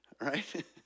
right